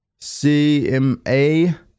CMA